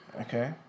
Okay